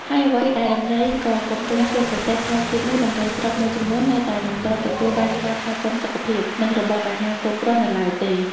ហើយអ្វីដែលដំរីក៏កំពុងជួបប្រទះថែមទៀតនោះ ដំរីស្រុកមួយចំនួននៅតែមិនទាន់ទទួលបានការថែទាំសុខភាព និងរបបអាហារគ្រប់គ្រាន់នៅឡើយទេ។